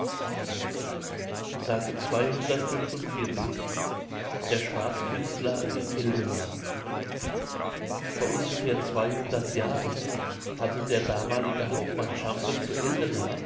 der schwarzkünstler in eldena vor ungefähr zweihundert jahren hatte der damalige hauptmann champret zu eldena